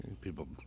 People